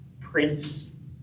Prince